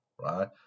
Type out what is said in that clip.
right